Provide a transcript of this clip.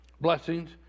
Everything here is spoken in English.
blessings